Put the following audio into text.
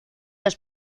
las